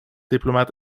diplomat